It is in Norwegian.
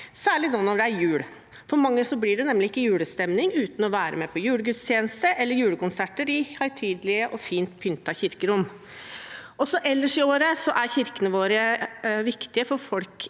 særlig nå når det er jul. For mange blir det nemlig ikke julestemning uten at en er med på julegudstjeneste eller julekonsert i høytidelige og fint pyntede kirkerom. Også ellers i året er kirkene våre viktige for folk,